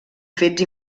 fets